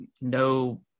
no